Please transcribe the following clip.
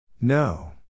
No